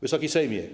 Wysoki Sejmie!